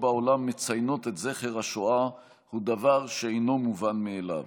בעולם מציינות את זכר השואה הוא דבר שאינו מובן מאליו.